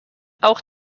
auch